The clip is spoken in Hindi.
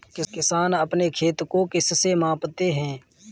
किसान अपने खेत को किससे मापते हैं?